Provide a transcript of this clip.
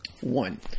One